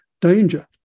danger